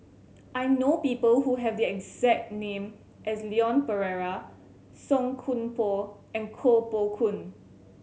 I know people who have the exact name as Leon Perera Song Koon Poh and Koh Poh Koon